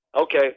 Okay